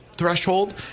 threshold